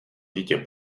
dítě